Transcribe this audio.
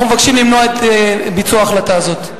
מבקשים למנוע את ביצוע ההחלטה הזאת.